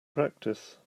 practice